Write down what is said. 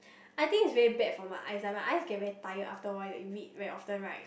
I think it's very bad for my eyes like my eyes get very tired after awhile you read very often right